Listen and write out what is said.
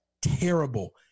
terrible